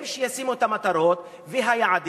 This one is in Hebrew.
שהם ישימו את המטרות והיעדים,